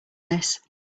this